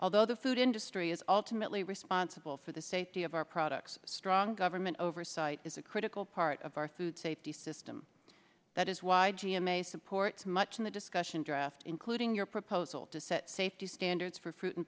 although the food industry is alternately responsible for the safety of our products a strong government oversight is a critical part of our through the safety system that is why g m a supports much in the discussion draft including your proposal to set safety standards for fruit and